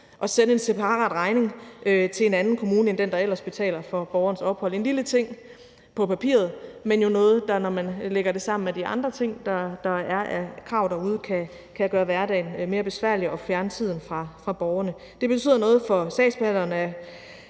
og sende en separat regning til en anden kommune end den, der ellers betaler for borgerens ophold. Det er en lille ting på papiret, men jo noget, der, når man lægger det sammen med de andre krav, der er derude, kan gøre hverdagen mere besværlig og fjerne tiden for borgerne. Det betyder noget for sagsbehandleren,